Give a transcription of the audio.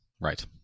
Right